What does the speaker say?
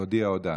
להודיע הודעה.